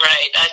Right